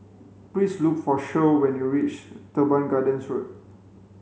please look for Shirl when you reach Teban Gardens Road